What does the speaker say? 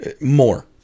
more